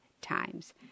Times